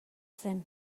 zen